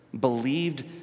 believed